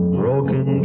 broken